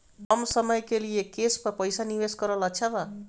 कम समय के लिए केस पर पईसा निवेश करल अच्छा बा?